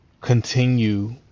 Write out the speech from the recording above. continue